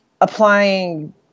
applying